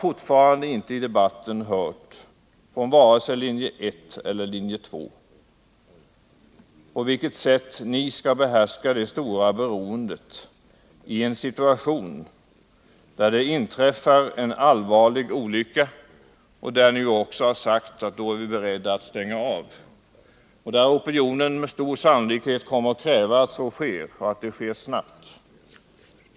Eftersom jag inte haft möjlighet att lyssna till hela diskussionen här, må ni gärna uppfatta den frågan som retorisk, men jag har aldrig hört något svar, vare sig av linje 1ellerlinje 2. Ni har ju också sagt att ni då är beredda att stänga av kärnkraftverken. Opinionen kommer med stor sannolikhet också att kräva att så sker och att det sker snabbt.